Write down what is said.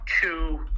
two